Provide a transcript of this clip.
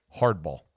hardball